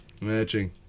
Matching